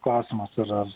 klausimas ar ar